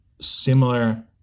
similar